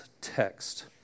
text